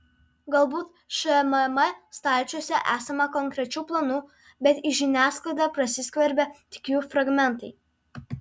galbūt šmm stalčiuose esama konkrečių planų bet į žiniasklaidą prasiskverbia tik jų fragmentai